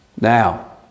Now